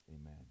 Amen